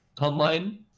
online